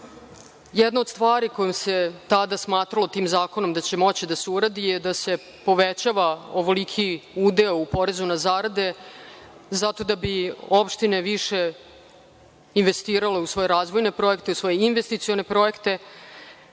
Jedna od stvari kojom se tada smatralo tim zakonom da će moći da se uradi je da se povećava ovoliki udeo u porezu na zarade zato da bi opštine više investirale u svoje razvojne projekte, u svoje investicione projekte,